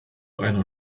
einer